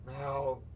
Now